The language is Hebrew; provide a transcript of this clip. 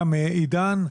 גם עידן,